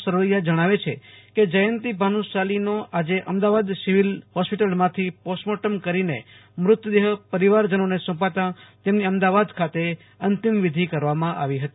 સરવૈયા જણાવે છે કે જયંતી ભાનુશાલીનો આજે અમદાવાદ સિવીલ હોસ્પિટલમાંથી પોસ્ટમોર્ટમ કરીને મ્રતદેહ પરિવારજનોને સોંપાતા તેમની અમદાવાદ ખાતે અંતિમવિધી કરવામાં આવી હતી